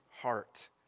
heart